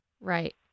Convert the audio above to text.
Right